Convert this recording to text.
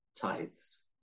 tithes